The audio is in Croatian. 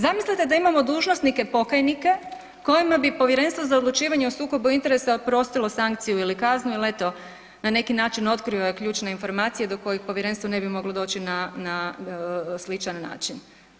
Zamislite da imamo dužnosnike pokajnike kojima bi Povjerenstvo za odlučivanje o sukobu interesa oprostilo sankciju ili kaznu ili eto na neki način otkrio je ključne informacije do kojih povjerenstvo ne bi moglo doći na sličan način.